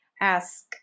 ask